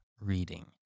reading